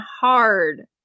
hard